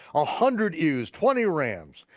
ah hundred ewes, twenty rams,